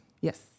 Yes